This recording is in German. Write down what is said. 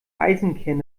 eisenkern